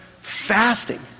fasting